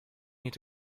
need